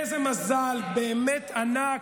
איזה מזל, באמת, ענק,